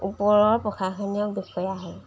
ওপৰৰ প্ৰশাসনীয় বিষয়া হ'ল